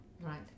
right